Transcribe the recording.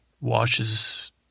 washes